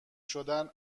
شدن